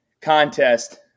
contest